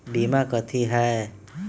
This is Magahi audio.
बीमा कथी है?